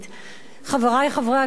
חברי חברי הכנסת,